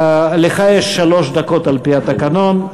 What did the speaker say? לך יש שלוש דקות על-פי התקנון.